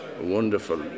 wonderful